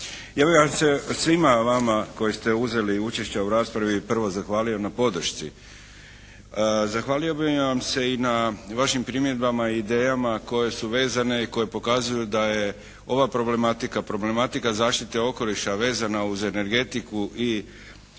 Ja bih vam se svima vama koji ste uzeli učešća u raspravi prvo zahvalio na podršci. Zahvalio bih vam se i na vašim primjedbama, idejama koje su vezane i koje pokazuju da je ova problematika, problematika zaštite okoliša vezana uz energetiku i globalno